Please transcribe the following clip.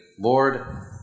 Lord